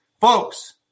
Folks